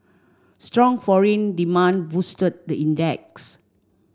strong foreign demand boosted the index